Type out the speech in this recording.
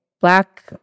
Black